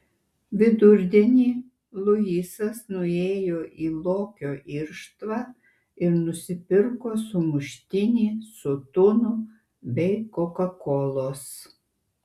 vidurdienį luisas nuėjo į lokio irštvą ir nusipirko sumuštinį su tunu bei kokakolos